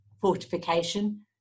fortification